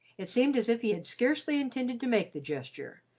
it seemed as if he had scarcely intended to make the gesture,